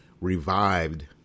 revived